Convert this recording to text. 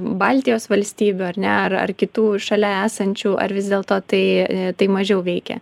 baltijos valstybių ar ne ar ar kitų šalia esančių ar vis dėlto tai tai mažiau veikia